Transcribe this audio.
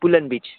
पुलन beach